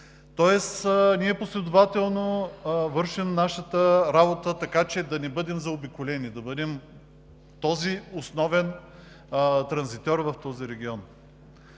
Тоест ние последователно вършим нашата работа, така че да не бъдем заобиколени, да бъдем основен транзитьор в този регион.